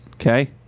Okay